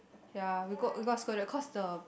ya we got we got scolded cause the